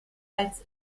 als